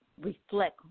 reflect